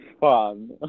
fun